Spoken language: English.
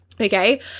okay